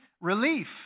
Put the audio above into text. relief